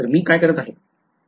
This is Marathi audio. तर मी काय करीत आहे